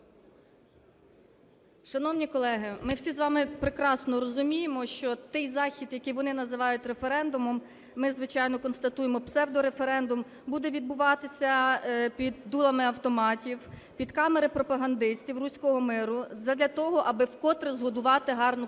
Шановні колеги, ми всі з вами прекрасно розуміємо, що той захід, який вони називають референдумом, ми звичайно констатуємо псевдореферендум, буде відбуватися під дулами автоматів, під камери пропагандистів "руського миру" задля того, аби вкотре згодувати гарну картинку